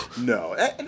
No